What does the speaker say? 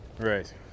Right